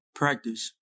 practice